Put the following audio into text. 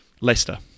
Leicester